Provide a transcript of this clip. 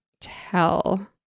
tell